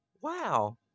Wow